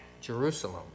Jerusalem